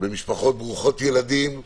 במשפחות ברוכות ילדים,